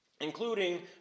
including